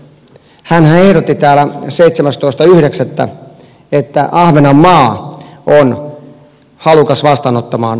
hänhän on täällä seitsemästoista yhdeksättä että ahvenen joel hallikaisen kannattamaan